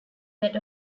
that